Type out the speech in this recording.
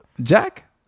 Jack